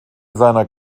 seiner